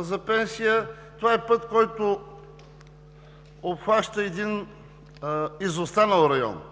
за пенсия. Това е път, който обхваща един изостанал район.